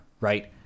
Right